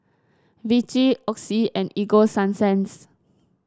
Vichy Oxy and Ego Sunsense